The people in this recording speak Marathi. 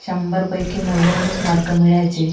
शंभरपैकी नव्याण्णवच मार्क मिळायचे